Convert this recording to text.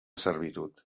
servitud